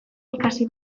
ikasi